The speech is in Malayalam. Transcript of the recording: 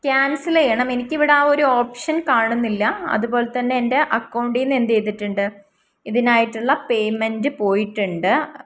ക്യാൻസൽ ചെയ്യണം എനിക്കിവിടെ ആ ഒരു ഓപ്ഷൻ കാണുന്നില്ല അതുപോലെത്തന്നെ എൻ്റെ അക്കൗണ്ടിൽ നിന്ന് എന്ത് ചെയ്തിട്ടുണ്ട് ഇതിനായിട്ടുള്ള പേയ്മെൻ്റ് പോയിട്ടുണ്ട്